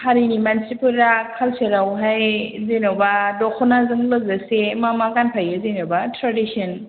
हारिनि मानसिफोरा काल्सारावहाय जेनेबा दखनाजों लोगोसे मा मा गानफायो जेनेबा ट्रेडिसन